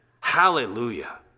hallelujah